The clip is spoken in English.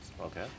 Okay